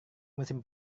musim